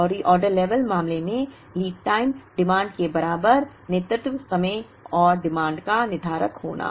और reorder level मामले में लीड टाइम डिमांड के बराबर है नेतृत्व समय और मांग का निर्धारक होना